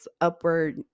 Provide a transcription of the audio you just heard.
upward